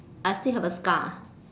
I still have a scar